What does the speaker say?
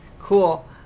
cool